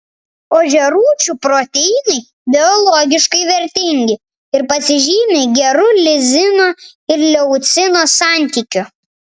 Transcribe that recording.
ožiarūčių proteinai biologiškai vertingi ir pasižymi geru lizino ir leucino santykiu